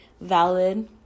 valid